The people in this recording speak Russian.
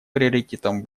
приоритетом